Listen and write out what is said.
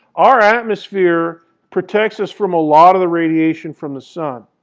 our atmosphere protects us from a lot of the radiation from the sun.